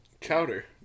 Chowder